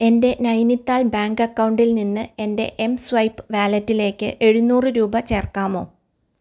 എൻ്റെ നൈനിതാൾ ബാങ്ക് അക്കൗണ്ടിൽ നിന്ന് എൻ്റെ എംസ്വൈപ്പ് വാലറ്റിലേക്ക് എഴുനൂറ് രൂപ ചേർക്കാമോ